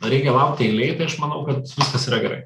reikia laukti eilėj tai aš manau kad viskas yra gerai